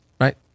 right